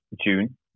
June